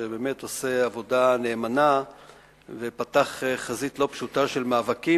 שבאמת עושה עבודה נאמנה ופתח חזית לא פשוטה של מאבקים,